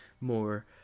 more